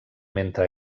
mentre